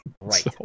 Right